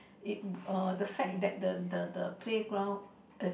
it uh the fact that the the the playground is